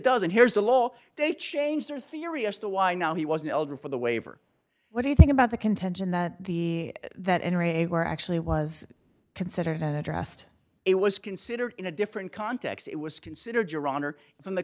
does and here's the law they changed their theory as to why now he was an elder for the waiver what do you think about the contention that the that and ray who actually was considered addressed it was considered in a different context it was considered your honor from the